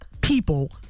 People